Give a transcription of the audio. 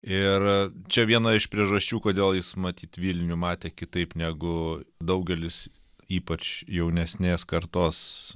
ir čia viena iš priežasčių kodėl jis matyt vilnių matė kitaip negu daugelis ypač jaunesnės kartos